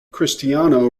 cristiano